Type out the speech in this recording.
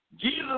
Jesus